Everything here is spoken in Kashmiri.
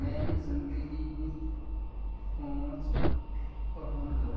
میانہِ زِندٕگی ہنٛد پانژھ اہَم دۄہ